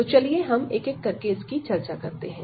तो चलिए हम एक एक करके इसकी चर्चा करते हैं